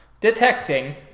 Detecting